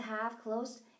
half-closed